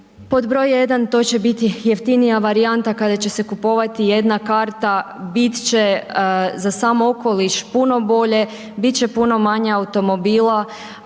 Pod broj jedan to će biti jeftinija varijanta kada će se kupovati jedna karta, bit će za sam okoliš puno bolje, bit će puno manje automobila,